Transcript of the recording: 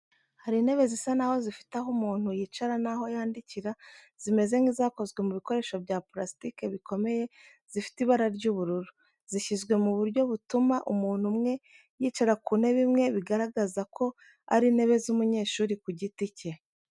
Hari intebe zisa n’aho zifite aho umuntu yicara n’aho yandikira zimeze nk’izakozwe mu bikoresho bya purasitiki bikomeye zifite ibara ry’ubururu. Zishyizwe mu buryo butuma umuntu umwe yicara ku ntebe imwe bigaragaza ko ari intebe z’umunyeshuri ku giti cye.